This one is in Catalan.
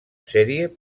sèrie